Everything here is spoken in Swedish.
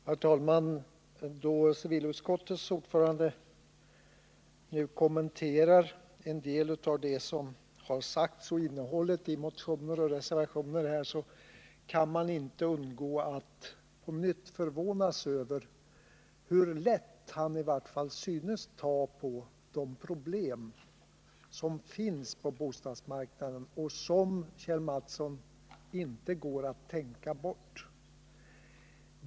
Herr talman! Då civilutskottets ordförande här kommenterar en del av det som har sagts och innehållet i motioner och reservationer kan man inte undgå att på nytt förvåna sig över hur lätt han i varje fall synes ta på de problem som finns på bostadsmarknaden och som, Kjell Mattsson, inte går att tänka bort.